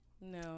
No